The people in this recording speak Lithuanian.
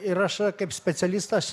ir aš kaip specialistas